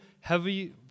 heavy